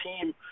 team